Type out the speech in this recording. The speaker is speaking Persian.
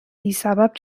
بیسبب